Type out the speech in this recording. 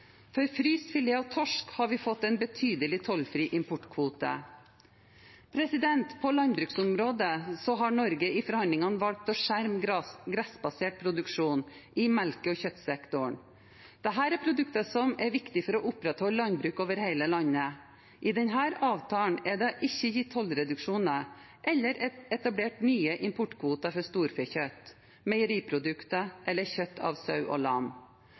For fryst filet av torsk har vi fått en betydelig tollfri importkvote. På landbruksområdet har Norge i forhandlingene valgt å skjerme gressbasert produksjon i melke- og kjøttsektoren. Dette er produkter som er viktige for å opprettholde landbruk over hele landet. I denne avtalen er det ikke gitt tollreduksjoner eller etablert nye importkvoter for storfekjøtt, meieriprodukter eller kjøtt av sau og lam.